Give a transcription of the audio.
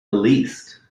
least